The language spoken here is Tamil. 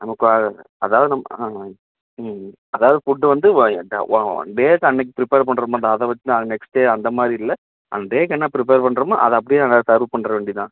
நம்ம குவ அதாவது நம்ம ஆ ம் அதாவது ஃபுட்டு வந்து ஒன் டேக்கு அன்றைக்கி ப்ரிப்பேர் பண்ணுறோமில்ல அதை வைச்சு நாங்கள் நெக்ஸ்ட் டே அந்த மாதிரி இல்லை அந்த டேக்கு என்ன ப்ரிப்பேர் பண்ணுறோமோ அதை அப்படியே அதை சர்வ் பண்ணுற வேண்டியதுதான்